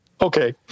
okay